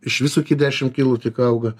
iš viso iki dešim kilų tik auga